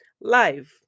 live